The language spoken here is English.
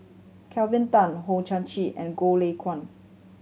Kelvin Tan Hong Chang Chieh and Goh Lay Kuan